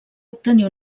obtenir